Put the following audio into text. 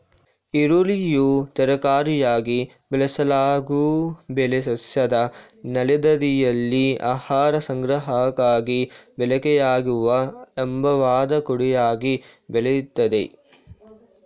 ಈರುಳ್ಳಿಯು ತರಕಾರಿಯಾಗಿ ಬಳಸಲಾಗೊ ಬೆಳೆ ಸಸ್ಯದ ನೆಲದಡಿಯಲ್ಲಿ ಆಹಾರ ಸಂಗ್ರಹಕ್ಕಾಗಿ ಬಳಕೆಯಾಗುವ ಲಂಬವಾದ ಕುಡಿಯಾಗಿ ಬೆಳಿತದೆ